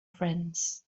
friends